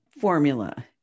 formula